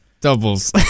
doubles